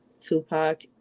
Tupac